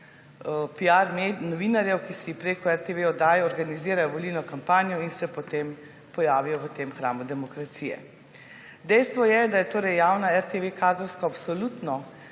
novinarjev, ki si preko RTV oddaj organizirajo volilno kampanjo in se potem pojavijo v tem hramu demokracije. Dejstvo je, da je javna RTV kadrovsko absolutno